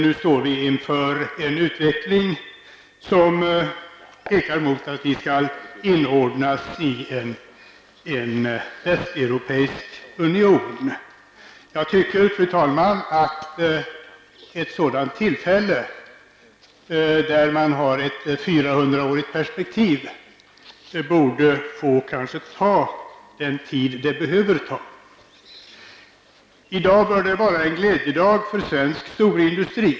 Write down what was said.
Nu står vi inför en utveckling som pekar mot att vi skall inordnas i en västeuropeisk union. Jag tycker, fru talman, att debatten vid ett sådant tillfälle, när man har ett 400 årigt perspektiv, borde få ta den tid den behöver ta. I dag bör det vara en glädjedag för svensk storindustri.